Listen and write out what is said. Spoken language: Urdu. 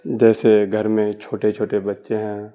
جیسے گھر میں چھوٹے چھوٹے بچے ہیں